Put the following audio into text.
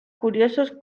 curiosos